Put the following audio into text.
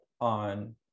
on